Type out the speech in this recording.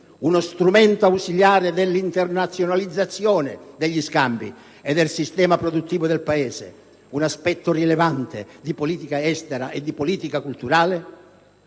uno strumento ausiliare dell'internazionalizzazione degli scambi e del sistema produttivo del Paese, un aspetto rilevante di politica estera e di politica culturale?